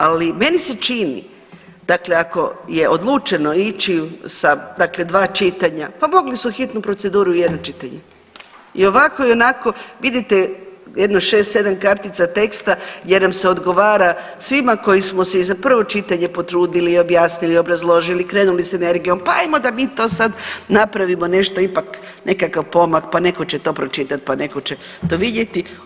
Ali meni se čini dakle ako je odlučeno ići sa dva čitanja, pa mogli su hitnu proceduru i jedno čitanje i ovako i onako vidite jedno šest, sedam kartica teksta jer nam se odgovara svima koji smo se i za prvo čitanje potrudili i objasnili i obrazložili, krenuli sa energijom pa ajmo da mi to sad napravimo nešto ipak nekakav pomak pa neko će to pročitat, pa neko će to vidjeti.